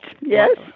yes